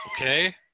Okay